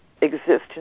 existence